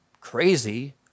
crazy